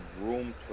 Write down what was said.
room